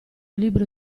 libro